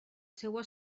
seua